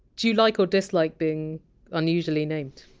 do you like or dislike being unusually named?